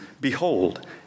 behold